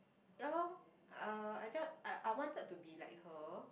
ya lor uh I just I wanted to be like her